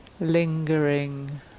lingering